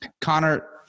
Connor